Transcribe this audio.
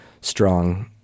strong